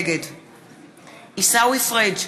נגד עיסאווי פריג'